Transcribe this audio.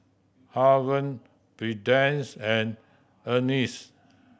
Haven Prudence and Ernie